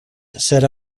set